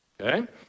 Okay